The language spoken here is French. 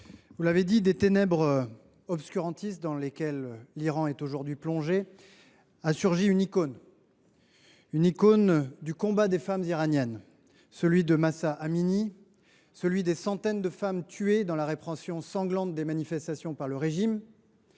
vous l’avez rappelé, des ténèbres obscurantistes dans lesquelles l’Iran est aujourd’hui plongé a surgi une icône du combat des femmes iraniennes. Ce combat, c’est celui de Mahsa Amini, des centaines de femmes tuées dans la répression sanglante des manifestations par le régime,